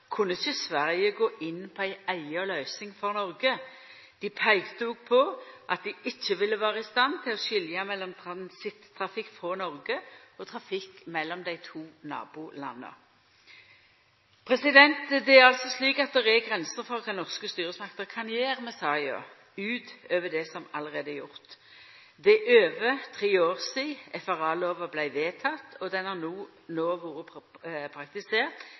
kunne ikkje Sverige gå inn på ei eiga løysing for Noreg. Dei peika òg på at dei ikkje ville vera i stand til å skilja mellom transittrafikk frå Noreg og trafikk mellom dei to nabolanda. Det er grenser for kva norske styresmakter kan gjera med saka utover det som allereie er gjort. Det er over tre år sidan FRA-lova vart vedteken, og ho har no vore praktisert